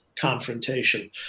confrontation